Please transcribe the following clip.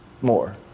more